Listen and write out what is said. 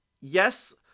yes